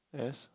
yes